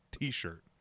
t-shirt